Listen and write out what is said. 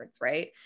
right